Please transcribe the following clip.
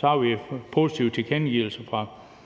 har vi positive tilkendegivelser fra